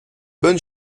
bonne